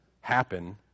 happen